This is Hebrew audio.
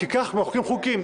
כי ככה מחוקקים חוקים.